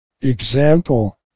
Example